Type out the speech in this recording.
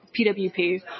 PWP